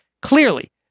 Clearly